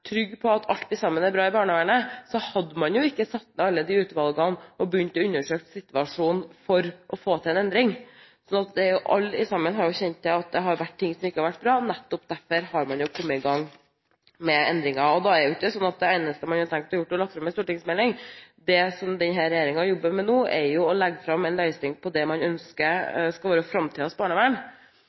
trygg på at alt i barnevernet var bra, hadde man jo ikke satt ned alle utvalgene og begynt å undersøke situasjonen for å få til en endring. Alle har jo kjent til at det er ting som ikke har vært bra, nettopp derfor har man kommet i gang med endringer. Da er det ikke sånn at det eneste man har tenkt å gjøre, er å legge fram en stortingsmelding. Det som denne regjeringen jobber med nå, er å legge fram en løsning for det man ønsker skal være framtidens barnevern.